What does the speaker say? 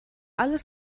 alles